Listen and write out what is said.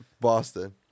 Boston